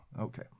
Okay